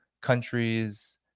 countries